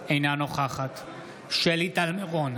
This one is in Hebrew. אינה נוכחת שלי טל מירון,